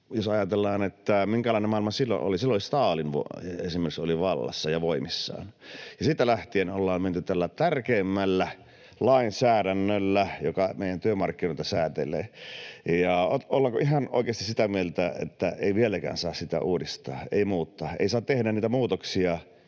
Jos ajatellaan, minkälainen maailma silloin oli, niin silloin esimerkiksi Stalin oli vallassa ja voimissaan, ja siitä lähtien ollaan menty tällä tärkeimmällä lainsäädännöllä, joka meidän työmarkkinoita säätelee. Ollaanko ihan oikeasti sitä mieltä, että ei vieläkään saa sitä uudistaa, ei muuttaa, ei saa tehdä niitä muutoksia,